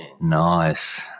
Nice